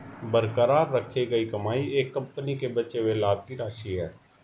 बरकरार रखी गई कमाई एक कंपनी के बचे हुए लाभ की राशि है